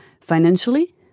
financially